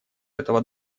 этого